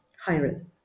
hired